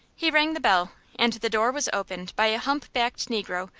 he rang the bell, and the door was opened by a hump-backed negro,